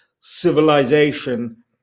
civilization